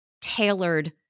tailored